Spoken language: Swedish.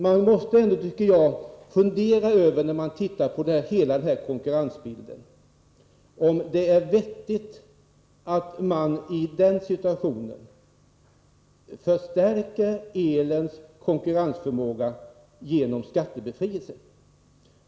När man ser på hela den här konkurrensbilden måste man ändå, tycker jag, fundera över om det är vettigt att i den här situationen förstärka elens konkurrensförmåga genom skattebefrielse.